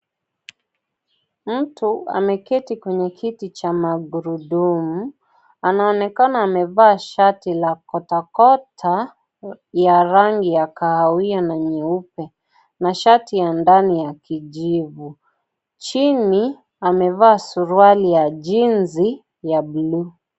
Mtu ameketi kwenye kiti cha magurudumu, anaonekana amevaa shati la kotakota ya rangi ya kahawia na nyeupe na shati ya ndani ya kijivu, chini, amevaa suruali ya jinzi ya bluu.